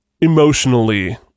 emotionally